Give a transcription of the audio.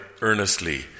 earnestly